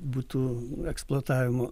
butų eksploatavimo